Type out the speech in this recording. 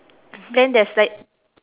then there's like